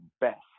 best